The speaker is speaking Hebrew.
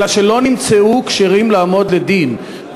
אלא שלא נמצאו כשירים לעמוד לדין.